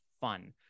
fun